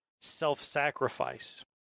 self-sacrifice